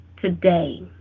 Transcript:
today